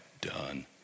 done